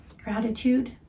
Gratitude